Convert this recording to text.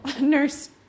Nurse